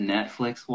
Netflix